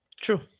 True